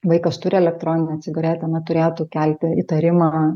vaikas turi elektroninę cigaretę na turėtų kelti įtarimą